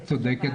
את צודקת.